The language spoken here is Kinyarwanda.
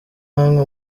namwe